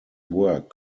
work